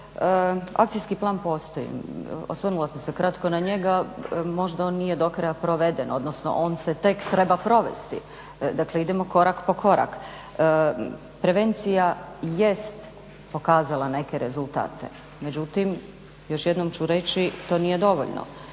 akcijski plan postoji. Osvrnula sam se kratko na njega, možda on nije do kraja proveden, odnosno on se tek treba provesti. Dakle, idemo korak po korak. Prevencija jest pokazala neke rezultate međutim još jednom ću reći to nije dovoljno.